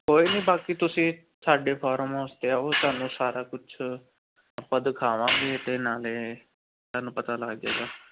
ਕੋਈ ਨਹੀਂ ਬਾਕੀ ਤੁਸੀਂ ਸਾਡੇ ਫੋਰਮ ਹਾਊਸ 'ਤੇ ਆਓ ਤੁਹਾਨੂੰ ਸਾਰਾ ਕੁਝ ਆਪਾਂ ਦਿਖਾਵਾਂਗੇ ਅਤੇ ਨਾਲੇ ਤੁਹਾਨੂੰ ਪਤਾ ਲੱਗ ਜਾਏਗਾ